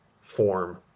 form